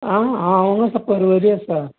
आं हांव आसा पर्वरी आसा